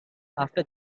after